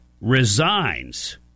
resigns